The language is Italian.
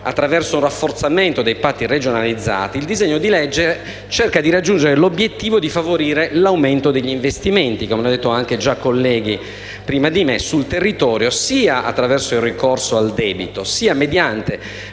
attraverso un rafforzamento dei patti regionalizzati, il disegno di legge cerca di raggiungere l'obiettivo di favorire l'aumento degli investimenti sul territorio, come avevano detto già altri colleghi, sia attraverso il ricorso al debito sia mediante